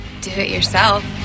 do-it-yourself